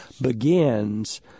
begins